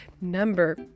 number